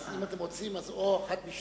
נעשה את זה אולי ביום של